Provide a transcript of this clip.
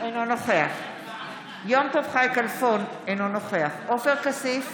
אינו נוכח יום טוב חי כלפון, אינו נוכח עופר כסיף,